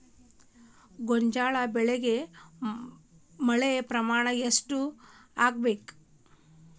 ಗೋಂಜಾಳ ಬೆಳಿಗೆ ಮಳೆ ಪ್ರಮಾಣ ಎಷ್ಟ್ ಆಗ್ಬೇಕ?